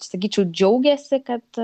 sakyčiau džiaugiasi kad